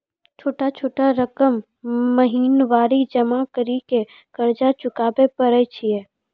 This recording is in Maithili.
छोटा छोटा रकम महीनवारी जमा करि के कर्जा चुकाबै परए छियै?